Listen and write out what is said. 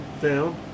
down